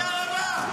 תודה רבה.